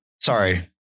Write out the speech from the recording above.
Sorry